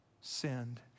sinned